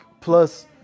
plus